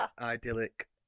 idyllic